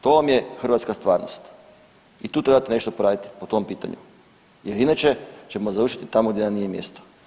To vam je hrvatska stvarnost i tu trebate nešto napraviti po tom pitanju jer inače ćemo završiti tamo gdje nam nije mjesto.